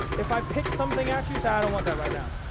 if i pitch something out, you say, i don't want that right now.